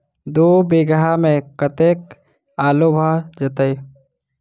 दु बीघा मे कतेक आलु भऽ जेतय?